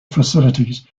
facilities